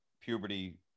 puberty